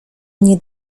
mnie